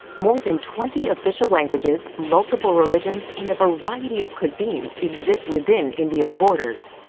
more than twenty official languages, multiple religions and a variety of cuisines exist within india's borders.